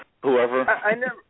whoever